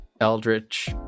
Eldritch